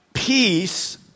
Peace